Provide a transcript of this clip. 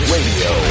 Radio